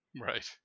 Right